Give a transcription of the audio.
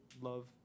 love